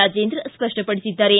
ರಾಜೇಂದ್ರ ಸ್ಪಷ್ಟಪಡಿಸಿದ್ದಾರೆ